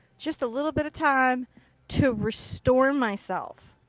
just a little bit of time to restore myself.